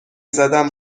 زدم